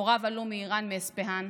הוריו עלו מאיראן, מאיספהן,